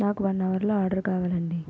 నాకు వన్ అవర్లో ఆర్డరు కావాలి అండి